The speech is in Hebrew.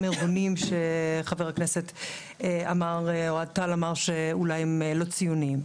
ארגונים שחבר הכנסת אוהד טל אמר שאולי הם לא ציוניים.